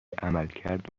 عملکرد